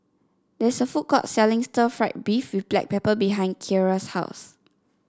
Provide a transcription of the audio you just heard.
there is a food court selling Stir Fried Beef with Black Pepper behind Keara's house